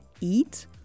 eat